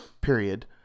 period